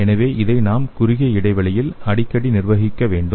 எனவே இதை நாம் குறுகிய இடைவெளியில் அடிக்கடி நிர்வகிக்க வேண்டும்